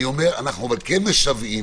אבל אנחנו כן משוועים